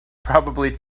probably